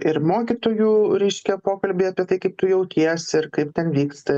ir mokytojų reiškia pokalbiai apie tai kaip tu jautiesi ir kaip ten vyksta